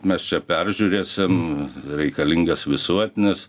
mes čia peržiūrėsim reikalingas visuotinis